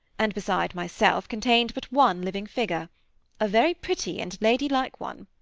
and, beside myself, contained but one living figure a very pretty and lady-like one.